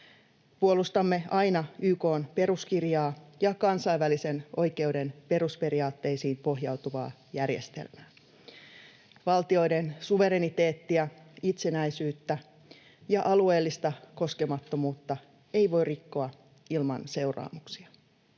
Puolustamme aina YK:n peruskirjaa ja kansainvälisen oikeuden perusperiaatteisiin pohjautuvaa järjestelmää. Valtioiden suvereniteettia, itsenäisyyttä ja alueellista koskemattomuutta ei voi rikkoa ilman seuraamuksia.